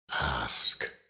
Ask